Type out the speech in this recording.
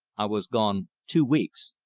i was gone two weeks,